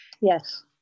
Yes